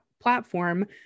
platform